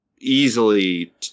easily